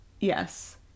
Yes